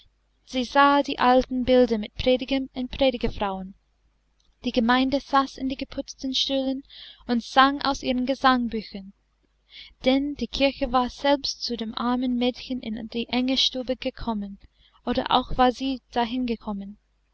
sie sah die alten bilder mit predigern und predigerfrauen die gemeinde saß in den geputzten stühlen und sang aus ihren gesangbüchern denn die kirche war selbst zu dem armen mädchen in die enge stube gekommen oder auch war sie